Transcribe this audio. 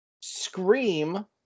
Scream